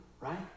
right